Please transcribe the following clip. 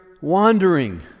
wandering